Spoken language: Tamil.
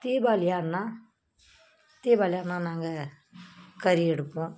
தீபாவளியானா தீபாவளி ஆனால் நாங்கள் கறி எடுப்போம்